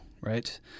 Right